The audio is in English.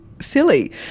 silly